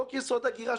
חוק יסוד: הגירה,